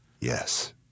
Yes